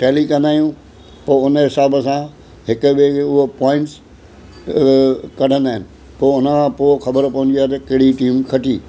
tally कंदा आहियूं पोइ उन हिसाब सां हिक ॿिए जी हूअ पॉईंट्स कढंदा आहिनि पोइ उनखां पोइ ख़बर पवंदी आहे त कहिड़ी टीम खटी